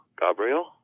Gabriel